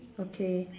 okay